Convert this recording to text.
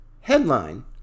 headline